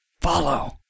follow